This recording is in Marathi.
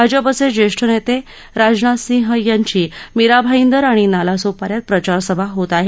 भाजपाचे ज्येष्ठ नेते राजनाथ सिंह यांची मीराभाईदर आणि नालासोपाऱ्याला प्रचारसभा होत आहे